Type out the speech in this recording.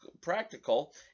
practical